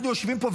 אנחנו יושבים פה,